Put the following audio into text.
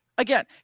Again